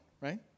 right